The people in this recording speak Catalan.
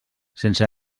sense